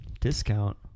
Discount